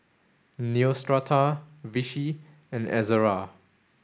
Neostrata Vichy and Ezerra